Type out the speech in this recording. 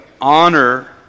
honor